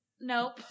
Nope